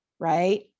right